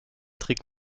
trick